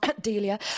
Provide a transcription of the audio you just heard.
Delia